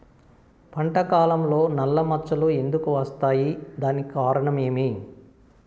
పంట కాలంలో నల్ల మచ్చలు ఎందుకు వస్తాయి? దానికి కారణం ఏమి?